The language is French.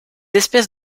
espèces